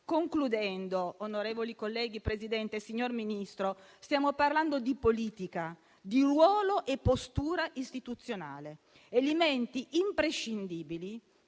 Presidente, onorevoli colleghi, signor Ministro, stiamo parlando di politica, di ruolo e postura istituzionale, elementi imprescindibili